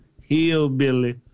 hillbilly